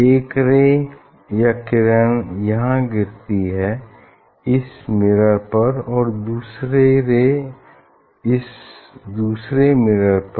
एक रे किरण यहाँ गिरती है इस मिरर पर और दूसरी रे इस दूसरे मिरर पर